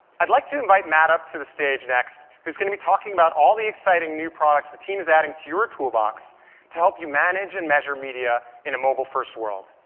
i'd like to invite matt up to the stage next, who's going to be talking about all the excite ing new products the team is adding to your toolbox to help you manage and measure media in a mobile-first world.